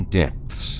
depths